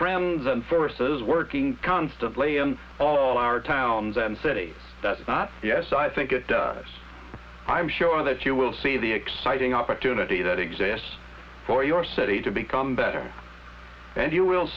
trends and forces working constantly in all our towns and cities that's not yes i think it does i'm sure that you will see the exciting opportunity that is yes for your study to become better and you will